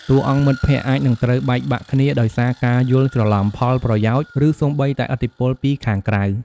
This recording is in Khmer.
តួអង្គមិត្តភក្តិអាចនឹងត្រូវបែកបាក់គ្នាដោយសារការយល់ច្រឡំ ផលប្រយោជន៍ ឬសូម្បីតែឥទ្ធិពលពីខាងក្រៅ។